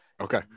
Okay